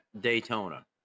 Daytona